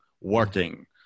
working